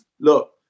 look